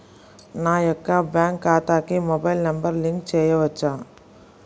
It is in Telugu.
నా యొక్క బ్యాంక్ ఖాతాకి మొబైల్ నంబర్ లింక్ చేయవచ్చా?